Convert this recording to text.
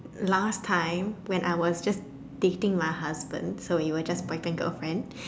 last time when I was just dating my husband so we were just boyfriend girlfriend